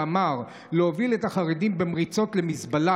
שאמר: להוביל את החרדים במריצות למזבלה